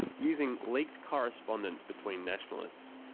using leaked correspondence between nationalists,